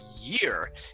year